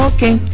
Okay